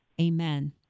Amen